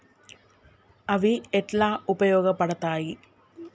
అవి ఎట్లా ఉపయోగ పడతాయి?